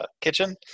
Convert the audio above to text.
kitchen